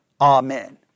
Amen